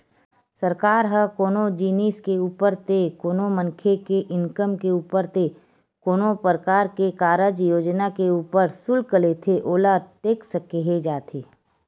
सरकार ह कोनो जिनिस के ऊपर ते कोनो मनखे के इनकम के ऊपर ते कोनो परकार के कारज योजना के ऊपर सुल्क लेथे ओला टेक्स केहे जाथे